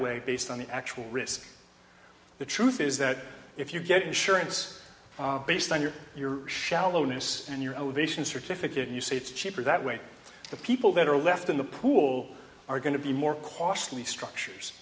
way based on the actual risk the truth is that if you get insurance based on your your shallowness and your own visions certificate you say it's cheaper that way the people that are left in the pool are going to be more costly structures